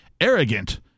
arrogant